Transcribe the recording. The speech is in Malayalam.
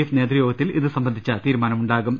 എഫ് നേതൃയോഗത്തിൽ ഇതുസംബന്ധിച്ച തീരുമാനമുണ്ടാകും